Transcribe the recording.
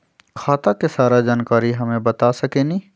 खाता के सारा जानकारी हमे बता सकेनी?